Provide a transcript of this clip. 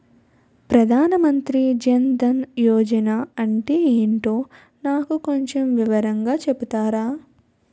ప్రధాన్ మంత్రి జన్ దన్ యోజన అంటే ఏంటో నాకు కొంచెం వివరంగా చెపుతారా?